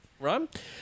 Right